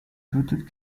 bluetooth